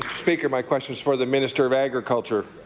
speaker, my question is for the minister of agriculture.